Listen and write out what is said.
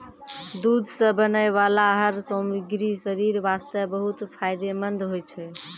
दूध सॅ बनै वाला हर सामग्री शरीर वास्तॅ बहुत फायदेमंंद होय छै